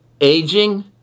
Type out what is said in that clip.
aging